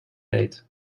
date